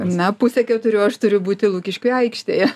na pusę keturių aš turiu būti lukiškių aikštėje